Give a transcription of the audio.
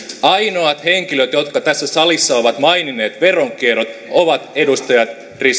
ainoat henkilöt jotka tässä salissa ovat maininneet veronkierron ovat edustajat